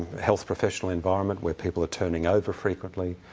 health-professional environment, where people are turning over frequently,